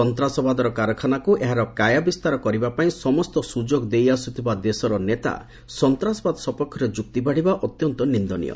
ସନ୍ତାସବାଦର କାରଖାନାକୁ ଏହାର କାୟାବିସ୍ତାର କରିବା ପାଇଁ ସମସ୍ତ ସୁଯୋଗ ଦେଇଆସୁଥିବା ଦେଶର ନେତା ସନ୍ତାସବାଦ ସପକ୍ଷରେ ଯୁକ୍ତିବାଢ଼ିବା ଅତ୍ୟନ୍ତ ନିନ୍ଦନୀୟ